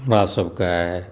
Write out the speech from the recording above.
हमरा सबके